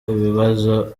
ibibazo